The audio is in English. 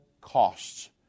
costs